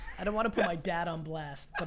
i don't want to put my dad on blast, but